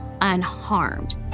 unharmed